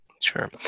Sure